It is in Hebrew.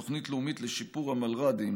תוכנית לאומית לשיפור המלר"דים,